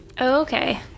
okay